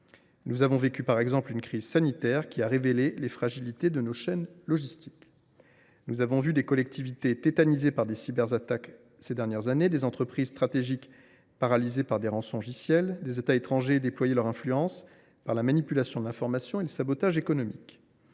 Nous avons ainsi vécu une crise sanitaire qui a révélé les fragilités de nos chaînes logistiques. Nous avons vu ces dernières années des collectivités tétanisées par des cyberattaques, des entreprises stratégiques paralysées par des rançongiciels, des États étrangers déployer leur influence par la manipulation de l’information et le sabotage économique.